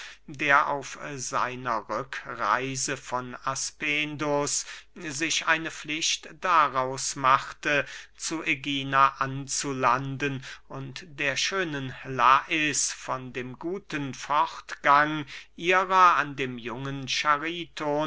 der auf seiner rückreise von aspendus sich eine pflicht daraus machte zu ägina anzulanden und der schönen lais von dem guten fortgang ihrer an dem jungen chariton